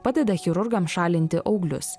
padeda chirurgams šalinti auglius